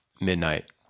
midnight